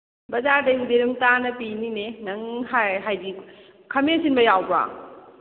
ꯕꯖꯥꯔꯗꯩꯕꯨꯗꯤ ꯑꯗꯨꯝ ꯇꯥꯅ ꯄꯤꯅꯤꯅꯦ ꯅꯪ ꯍꯥꯏꯗꯤ ꯈꯥꯃꯦꯟ ꯑꯁꯤꯟꯕ ꯌꯥꯎꯕ꯭ꯔꯣ